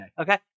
Okay